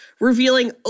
revealing